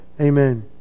Amen